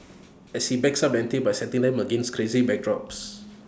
but he ups the ante by setting them against crazy backdrops